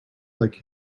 like